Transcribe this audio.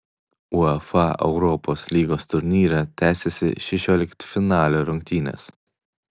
uefa europos lygos turnyre tęsėsi šešioliktfinalio rungtynės